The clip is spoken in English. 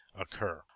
occur